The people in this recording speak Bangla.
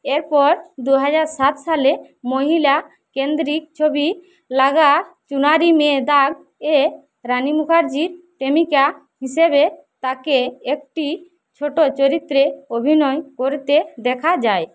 এরপর দু হাজার সাত সালে মহিলা কেন্দ্রিক ছবি লাগা চুনারি মে দাগে রানি মুখার্জির প্রেমিকা হিসেবে তাঁকে একটি ছোটো চরিত্রে অভিনয় করতে দেখা যায়